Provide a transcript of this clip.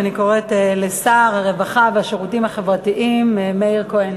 ואני קוראת לשר הרווחה והשירותים החברתיים מאיר כהן